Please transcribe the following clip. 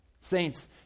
Saints